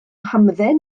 hamdden